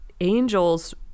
angels